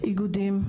איגודים,